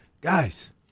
guys